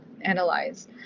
analyze